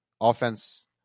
Offense